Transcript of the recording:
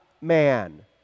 man